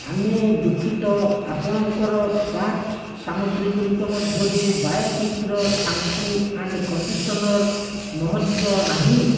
ଆମେ ଦୁଃଖିତ ଆପଣଙ୍କର କାର୍ଟ୍ ସାମଗ୍ରୀଗୁଡ଼ିକ ମଧ୍ୟରୁ ବାୟୋଟିକ୍ର ଶ୍ୟାମ୍ପୂ ଆଣ୍ଡ୍ କଣ୍ଡିସନର୍ ମହଜୁଦ ନାହିଁ